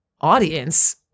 Audience